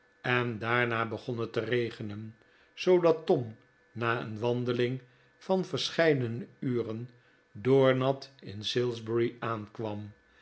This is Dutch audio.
en daarna begon het te regenen zoodat tom na een wandeling van verscheidene uren doornat in salisbury aankwam